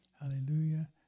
Hallelujah